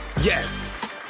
yes